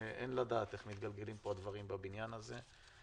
אין לדעת איך מתגלגלים פה הדברים בבניין הזה.